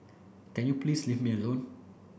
can you please leave me alone